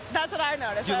that's what i notice.